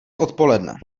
odpoledne